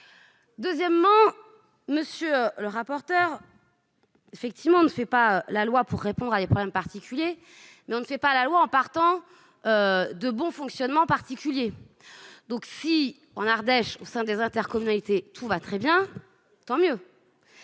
indéniable, monsieur le rapporteur, qu'on ne fait pas la loi pour répondre à des problèmes particuliers, mais on ne la fait pas non plus en partant de bons fonctionnements particuliers. Si en Ardèche, au sein des intercommunalités, tout va très bien, tant mieux